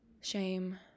shame